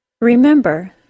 Remember